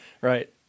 Right